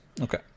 Okay